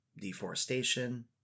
deforestation